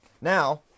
Now